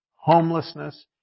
homelessness